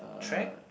track